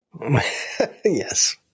Yes